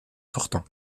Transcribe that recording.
sortant